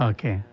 Okay